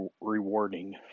rewarding